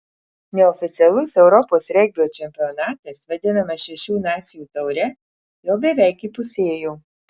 neoficialus europos regbio čempionatas vadinamas šešių nacijų taure jau beveik įpusėjo